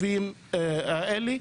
ביישובים האלה.